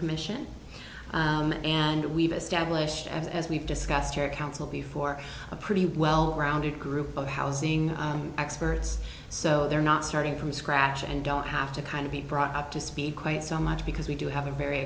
commission and we've established as we've discussed here council before a pretty well rounded group of housing experts so they're not starting from scratch and don't have to kind of be brought up to speed quite so much because we do have a very